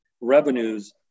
revenues